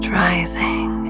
rising